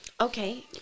okay